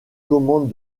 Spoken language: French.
commande